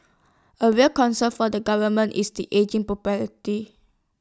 A real concern for the government is the ageing